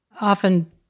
often